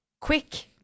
quick